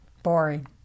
Boring